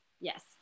Yes